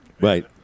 Right